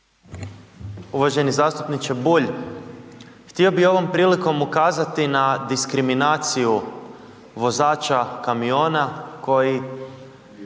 Uvaženi zastupniče Bulj, htio bi ovom prilikom ukazati na diskriminaciju vozača kamiona koji